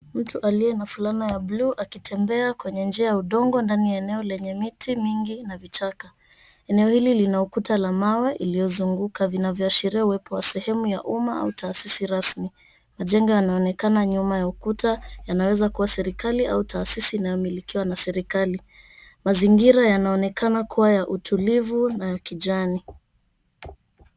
Mtu aliye na fulana ya Blue akitembea kwenye njia ya udongo ndani ya eneo lenye miti mingi na vichaka. Eneo hili lina ukuta la mawe iliyozunguka, vinavyoashiria uwepo wa uma au tahasisi rasmi. Majengo yanaonekana nyuma ya ukuta, yanaweza kuwa serikali au tahasisi inayomilikiwa na serikali. Mazingira yanaonekana kua ya utulivu na ya kijani.